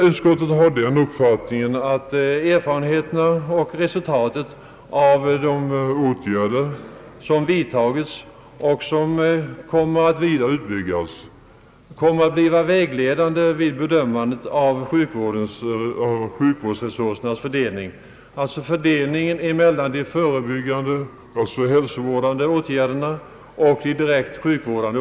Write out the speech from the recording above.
Utskottet är av den uppfattningen att erfarenheterna och resultatet av de åtgärder som vidtagits och kommer att vidare utbyggas blir vägledande vid bedömandet av sjukvårdsresursernas fördelning, dvs. fördelningen mellan de hälsovårdande åtgärderna och de direkt sjukvårdande.